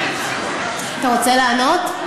אתה רוצה לענות?